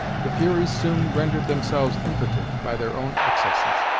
the furies soon rendered themselves impotent by their own excesses.